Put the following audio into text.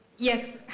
yes,